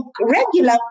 regular